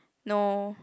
no